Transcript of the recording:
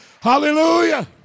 Hallelujah